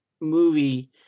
movie